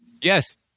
yes